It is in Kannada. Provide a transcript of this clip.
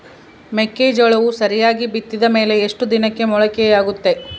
ಮೆಕ್ಕೆಜೋಳವು ಸರಿಯಾಗಿ ಬಿತ್ತಿದ ಮೇಲೆ ಎಷ್ಟು ದಿನಕ್ಕೆ ಮೊಳಕೆಯಾಗುತ್ತೆ?